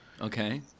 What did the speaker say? Okay